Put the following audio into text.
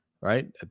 Right